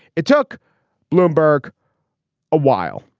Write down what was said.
it took bloomberg a while.